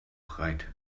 breit